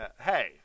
hey